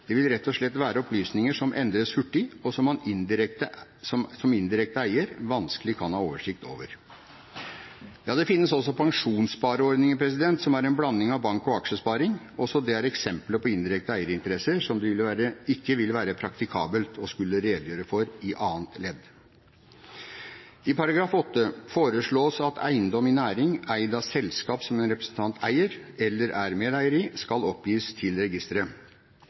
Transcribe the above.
Det vil rett og slett være opplysninger som endres hurtig, og som man som indirekte eier vanskelig kan ha oversikt over. Det finnes også pensjonsspareordninger som er en blanding av bank- og aksjesparing – også det er et eksempel på en indirekte eierinteresse som det ikke vil være praktikabelt å skulle redegjøre for i annet ledd. I § 8 foreslås at eiendom i næring, eid av et selskap som en representant eier eller er medeier i, skal oppgis til registeret.